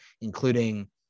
including